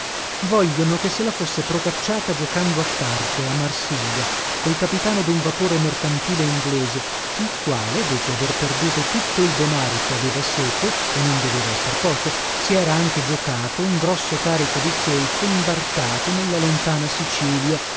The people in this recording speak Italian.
vogliono che se la fosse procacciata giocando a carte a marsiglia col capitano dun vapore mercantile inglese il quale dopo aver perduto tutto il denaro che aveva seco e non doveva esser poco si era anche giocato un grosso carico di zolfo imbarcato nella lontana sicilia